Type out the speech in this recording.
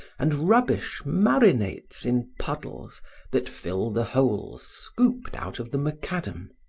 and rubbish marinates in puddles that fill the holes scooped out of the macadam.